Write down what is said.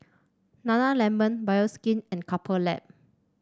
nana lemon Bioskin and Couple Lab